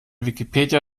wikipedia